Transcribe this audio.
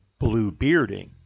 Bluebearding